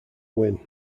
win